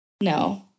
No